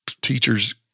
teacher's